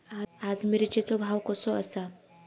आज मिरचेचो भाव कसो आसा?